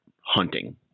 hunting